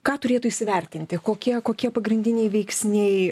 ką turėtų įsivertinti kokie kokie pagrindiniai veiksniai